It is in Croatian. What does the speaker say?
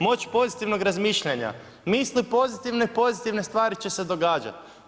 Moć pozitivnog razmišljanja misli pozitivno i pozitivne stvari će se događati.